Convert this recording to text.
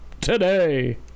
today